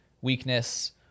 weakness